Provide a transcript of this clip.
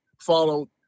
follow